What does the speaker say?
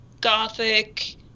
gothic